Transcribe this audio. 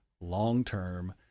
long-term